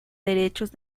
derechos